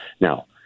Now